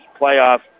playoffs